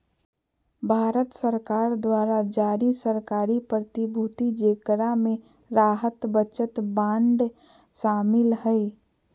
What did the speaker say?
भारत सरकार द्वारा जारी सरकारी प्रतिभूति जेकरा मे राहत बचत बांड शामिल हइ